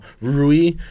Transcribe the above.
Rui